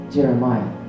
Jeremiah